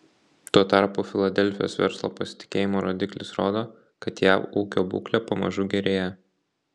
tuo tarpu filadelfijos verslo pasitikėjimo rodiklis rodo kad jav ūkio būklė pamažu gerėja